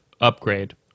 upgrade